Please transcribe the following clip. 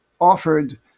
offered